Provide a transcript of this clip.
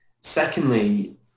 Secondly